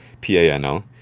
P-A-N-L